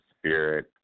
spirit